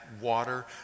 water